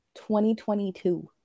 2022